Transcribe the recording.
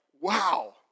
wow